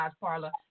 parlor